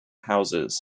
houses